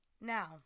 Now